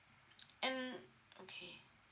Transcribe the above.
and okay